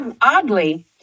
oddly